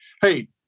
Hey